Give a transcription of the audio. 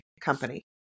company